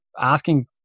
asking